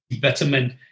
betterment